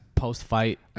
post-fight